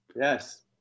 Yes